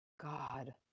God